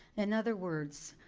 in other words,